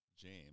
James